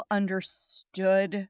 understood